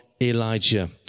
Elijah